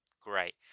Great